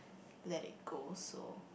let it go so